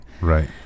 Right